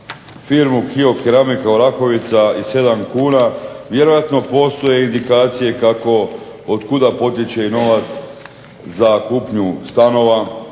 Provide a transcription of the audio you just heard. firmu KIO keramika Orahovica i 7 kuna vjerojatno postoje indikacije od kuga potječe novac za kupnju stanova,